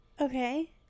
okay